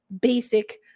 basic